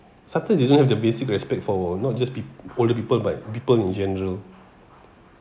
sometimes you don't have the basic respect for not just peo~ older people but people in general